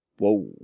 Whoa